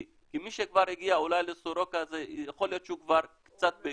כי מי שכבר הגיע אולי לסורוקה יכול להיות שהוא כבר קצת באיחור.